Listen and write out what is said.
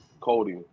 Cody